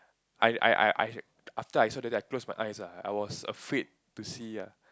I I I I I after I saw that thing I close my eyes ah I was afraid to see ah